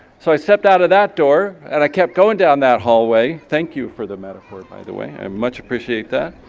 so i stepped out of that door and i kept going down that hallway. thank you for the metaphor by the way, i much appreciate that.